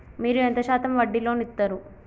మీరు ఎంత శాతం వడ్డీ లోన్ ఇత్తరు?